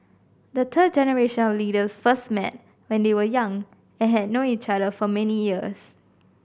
the third generation of leaders first met when they were young and had known each other for many years